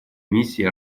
миссии